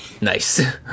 Nice